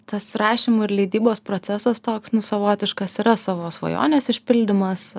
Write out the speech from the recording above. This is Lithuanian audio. tas rašymo ir leidybos procesas toks savotiškas yra savo svajonės išpildymas